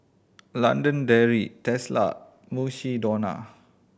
London Dairy Tesla Mukshidonna